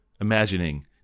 imagining